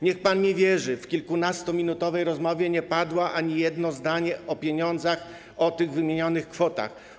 Niech pan mi wierzy, że w kilkunastominutowej rozmowie nie padło ani jedno zdanie o pieniądzach, o tych wymienionych kwotach.